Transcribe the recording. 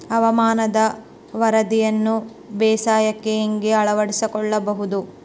ಹವಾಮಾನದ ವರದಿಯನ್ನು ಬೇಸಾಯಕ್ಕೆ ಹೇಗೆ ಅಳವಡಿಸಿಕೊಳ್ಳಬಹುದು?